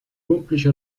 complice